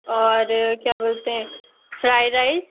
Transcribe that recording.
और क्या बोलते हैं फ्राई रैस